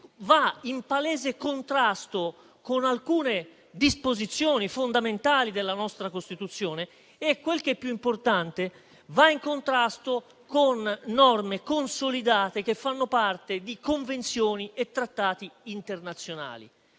va in palese contrasto con alcune disposizioni fondamentali della nostra Costituzione e, quel che è più importante, con norme consolidate che fanno parte di convenzioni e trattati internazionali.